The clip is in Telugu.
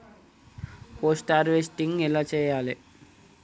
పోస్ట్ హార్వెస్టింగ్ ఎలా చెయ్యాలే?